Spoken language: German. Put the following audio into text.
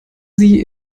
sie